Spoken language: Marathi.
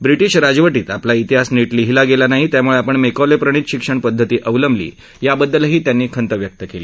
ब्रिटीश राजवटीत आपला इतिहास नीट लिहिला गेला नाही त्यामुळे आपण मेकॉले प्रणित शिक्षण पदधती अवलंबली त्याबद्दल त्यांनी खंत व्यक्त केली